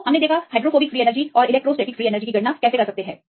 तो हम hydrophobic free energy और इलेक्ट्रोस्टैटिक फ्री एनर्जी की गणना कर सकते हैं